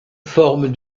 forme